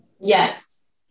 Yes